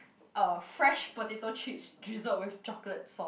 uh fresh potato chips drizzled with chocolate sauce